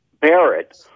Barrett